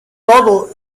todo